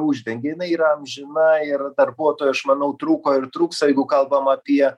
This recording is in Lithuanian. uždengia jinai yra amžina ir darbuotojų aš manau trūko ir trūksta jeigu kalbam apie